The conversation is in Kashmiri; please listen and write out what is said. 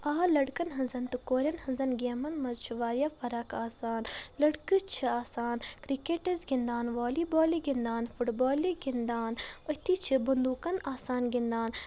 آ لٔڑکن ۂنٛزن تہٕ کورٮ۪ن ۂنزن گیمن منٛز چھ واریاہ فرق آسان لٔڑکہٕ چھ آسان کرکٹس گِنٛدان والی بالہِ گِنٛدان فُٹ بالہِ گِنٛدان أتی چھ بندوٗقن آسان گِنٛدان